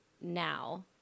now